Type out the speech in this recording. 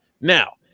Now